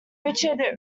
richard